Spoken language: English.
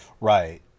Right